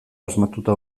asmatuta